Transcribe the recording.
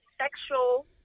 sexual